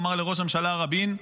הוא אמר לראש הממשלה אז, רבין,